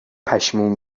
پشیمون